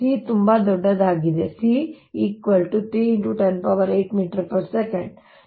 C ತುಂಬಾ ದೊಡ್ಡದಾಗಿದೆ C 3 108 ms